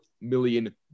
million